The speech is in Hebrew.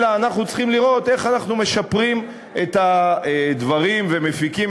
אלא אנחנו צריכים לראות איך אנחנו משפרים את הדברים ומפיקים